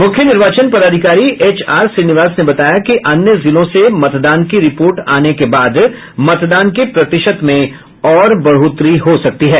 मुख्य निर्वाचन पदाधिकारी एच आर श्रीनिवास ने बताया कि अन्य जिलों से मतदान की रिपोर्ट आने के बाद मतदान के प्रतिशत में और बढ़ोतरी हो सकती है